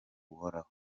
buhoraho